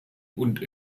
und